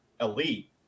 elite